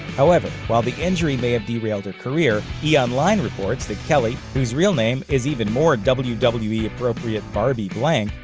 however, while the injury may have derailed her career, e! online reports that kelly, whose real name is even more wwe-appropriate barbie blank,